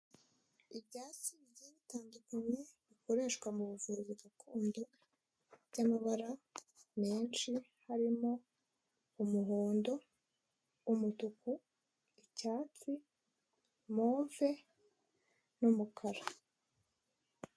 Ibyatsi bigiye bitandukanye bikoreshwa mu buvuzi gakondo by'amabara menshi harimo; umuhondo, umutuku, icyatsi, move n'umukara.